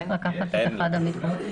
הקורונה נפלה עלינו מהשמים ביום בהיר אחד,